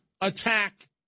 attack